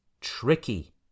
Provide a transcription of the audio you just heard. tricky